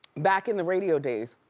back in the radio days.